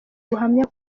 ubuhamya